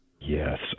Yes